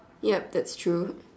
yup that's true